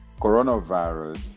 coronavirus